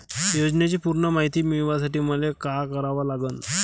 योजनेची पूर्ण मायती मिळवासाठी मले का करावं लागन?